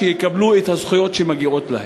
והם יקבלו את הזכויות שמגיעות להם.